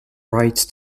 right